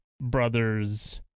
brother's